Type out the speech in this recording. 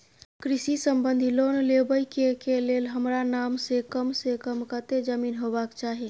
कृषि संबंधी लोन लेबै के के लेल हमरा नाम से कम से कम कत्ते जमीन होबाक चाही?